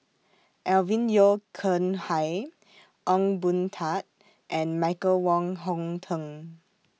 Alvin Yeo Khirn Hai Ong Boon Tat and Michael Wong Hong Teng